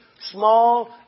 small